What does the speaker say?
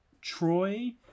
troy